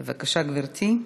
בבקשה, גברתי.